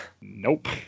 Nope